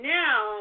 now